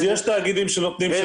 אז יש תאגידים שנותנים שירות.